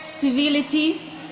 Civility